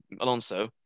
Alonso